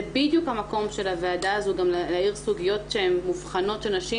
וזה בדיוק המקום של הוועדה הזאת להאיר סוגיות שהן מובחנות של נשים